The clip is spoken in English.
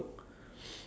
work